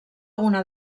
una